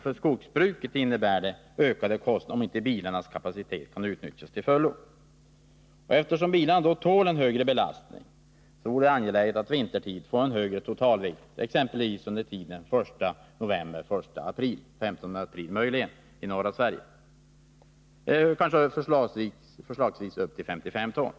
För skogsbruket innebär det en ökning av kostnaderna, om inte bilarnas kapacitet kan utnyttjas till fullo. Eftersom bilarna tål en högre belastning, vore det angeläget att vintertid tillåta en högre totalvikt, exempelvis under tiden 1 november-1 april — möjligen 15 april i norra Sverige. Förslagsvis kunde man tillåta 55 ton.